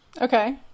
Okay